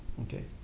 Okay